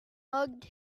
hugged